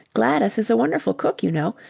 gladys is a wonderful cook, you know,